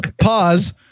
Pause